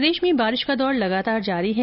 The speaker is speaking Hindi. प्रदेश में बारिश का दौर लगातार जारी है